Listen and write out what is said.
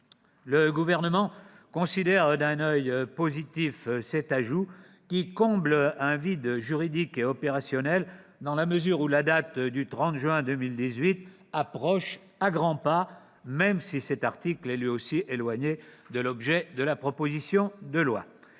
Le Gouvernement considère d'un oeil positif cet ajout, qui comble un vide juridique et opérationnel, dans la mesure où la date du 30 juin 2018 approche à grands pas, même si cet article est lui aussi éloigné de l'objet de la présente proposition de loi.